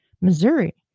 Missouri